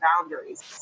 boundaries